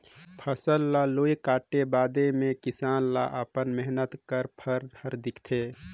फसल ल लूए काटे बादे मे किसान ल अपन मेहनत के फर हर दिखथे